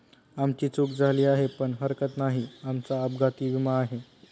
आमची चूक झाली आहे पण हरकत नाही, आमचा अपघाती विमा आहे